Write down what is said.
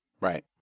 Right